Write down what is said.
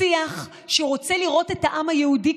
שיח שרוצה לראות את העם היהודי,